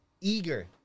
eager